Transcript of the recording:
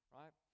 right